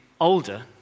older